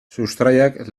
sustraiak